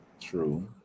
True